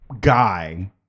guy